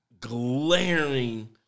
glaring